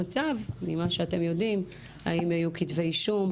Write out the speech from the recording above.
המדינה ומרכזת יחד עם אושרה את תחום הסחר בבני אדם וזנות.